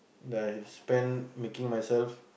that I spend making myself